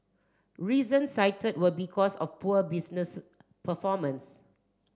reasons cited were because of poor business performance